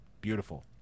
Beautiful